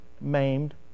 maimed